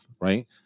right